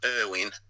Irwin